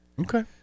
Okay